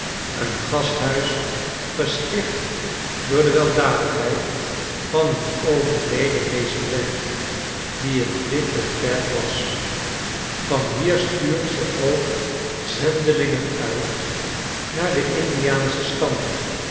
een gasthuis gesticht door de weldadigheid van een overleden resident die een lid der kerk was van hier stuurt ze ook zendelingen uit naar de indiaansche stammen